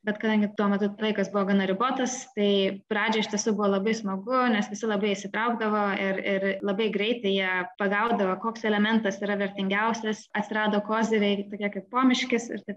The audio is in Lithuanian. bet kadangi tuo metu laikas buvo gana ribotas tai pradžia iš tiesų buvo labai smagu nes visi labai įsitraukdavo ir ir labai greitai pagaudavo koks elementas yra vertingiausias atsirado koziriai tokie kaip pomiškis ir taip